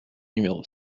numéro